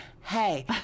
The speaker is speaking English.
hey